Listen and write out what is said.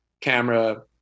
camera